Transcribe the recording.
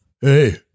hey